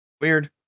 Weird